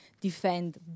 defend